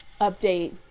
Update